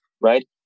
right